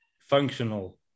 functional